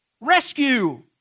rescue